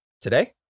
today